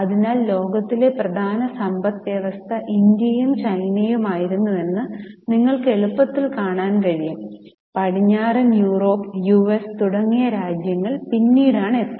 അതിനാൽ ലോകത്തിലെ പ്രധാന സമ്പദ്വ്യവസ്ഥ ഇന്ത്യയും ചൈനയുമായിരുന്നുവെന്ന് നിങ്ങൾക്ക് എളുപ്പത്തിൽ കാണാൻ കഴിയും പടിഞ്ഞാറൻ യൂറോപ്പ് യുഎസ് തുടങ്ങിയ രാജ്യങ്ങൾ വളരെ പിന്നീട് എത്തി